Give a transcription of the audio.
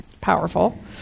powerful